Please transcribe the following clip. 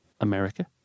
America